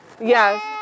Yes